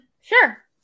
sure